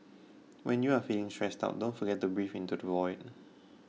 when you are feeling stressed out don't forget to breathe into the void